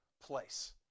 place